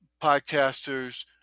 podcasters